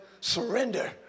surrender